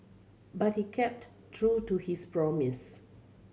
but he kept true to his promise